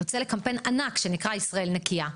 יוצאת לקמפיין ענק שנקרא "ישראל נקייה".